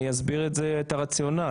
אני אסביר את הרציונל.